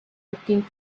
looking